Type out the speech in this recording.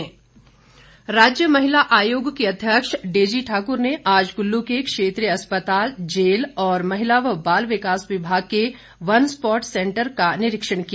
महिला आयोग राज्य महिला आयोग की अध्यक्ष डेजी ठाकुर ने आज कुल्लू के क्षेत्रीय अस्पताल जेल और महिला व बाल विकास विभाग के वन स्पॉट सेंटर का निरीक्षण किया